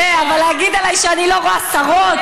אבל להגיד עליי שאני לא רואה שרות?